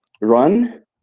run